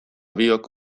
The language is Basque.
biok